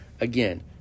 Again